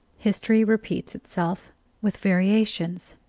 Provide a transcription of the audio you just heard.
history repeats itself with variations.